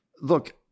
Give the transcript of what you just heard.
look